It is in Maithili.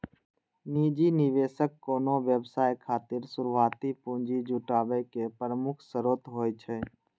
निजी निवेशक कोनो व्यवसाय खातिर शुरुआती पूंजी जुटाबै के प्रमुख स्रोत होइ छै